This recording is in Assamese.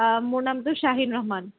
মোৰ নামটো ছাহিন ৰহমান